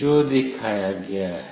जो दिखाया गया है